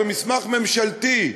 במסמך ממשלתי,